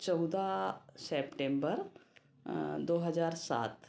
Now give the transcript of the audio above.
चौदह सैप्टेम्बर दो हजार सात